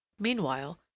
Meanwhile